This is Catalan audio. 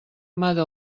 mata